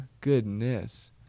goodness